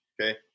Okay